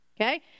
Okay